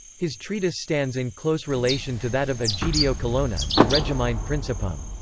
his treatise stands in close relation to that of egidio colonna, de regimine principum.